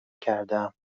کردهام